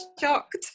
shocked